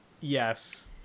Yes